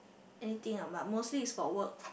anything ah but mostly is for work